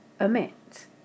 omit